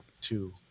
two